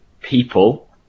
people